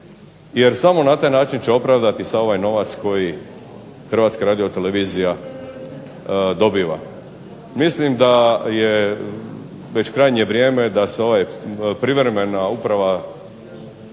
jer samo na taj način će opravdati ovaj novac koji HRTV-a dobiva. Mislim da je već krajnje vrijeme da se ova privremena uprava